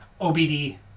obd